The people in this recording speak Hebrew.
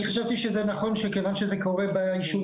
אני חשבתי שזה נכון שכיוון שזה קורה ביישוב